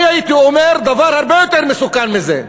אני הייתי אומר דבר הרבה יותר מסוכן מזה: